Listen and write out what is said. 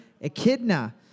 echidna